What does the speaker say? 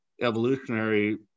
evolutionary